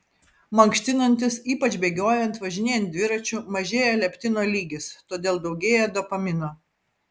mankštinantis ypač bėgiojant važinėjant dviračiu mažėja leptino lygis todėl daugėja dopamino